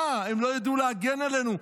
אה, הם לא ידעו להגן עלינו?